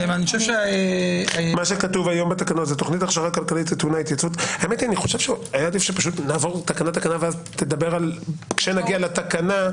אני חושב שהיה עדיף שנעבור תקנה-תקנה ואז תעיר את הערותיך כשנגיע לתקנה.